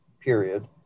period